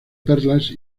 perlas